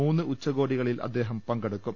മൂന്ന് ഉച്ചകോടികളിൽ അദ്ദേഹം പങ്കെടുക്കും